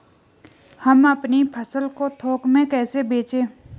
हम अपनी फसल को थोक में कैसे बेचें?